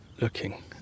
looking